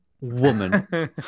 woman